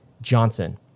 Johnson